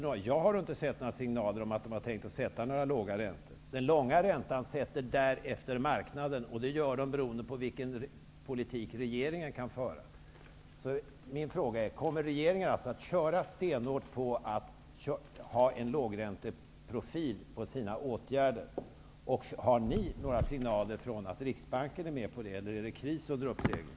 Jag har inte sett några signaler om att man tänker sätta låga räntor. Den långa räntan sätts därefter av marknaden, beroende på vilken politik regeringen för. Min fråga är: Kommer regeringen att köra stenhårt på att ha en lågränteprofil på sina åtgärder? Har regeringen några signaler om att Riksbanken är med på det eller är det kris under uppsegling?